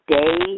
day